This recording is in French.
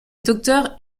docteur